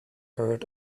heard